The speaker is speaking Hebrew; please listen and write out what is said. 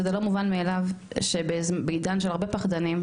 שזה לא מובן מאליו שבעידן של הרבה פחדנים,